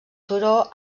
turó